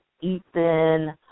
Ethan